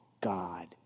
God